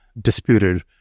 disputed